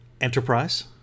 Enterprise